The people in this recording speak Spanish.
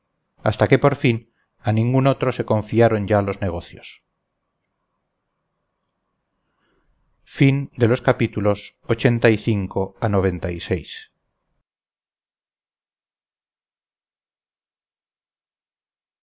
hasta que por fin a ningún otro se confiaron ya los negocios